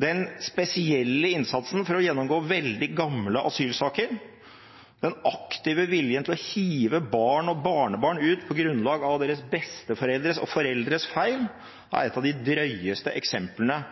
Den spesielle innsatsen for å gjennomgå veldig gamle asylsaker, den aktive viljen til å hive barn og barnebarn ut på grunnlag av deres besteforeldres og foreldres feil, er et av de drøyeste eksemplene